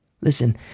Listen